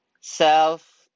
self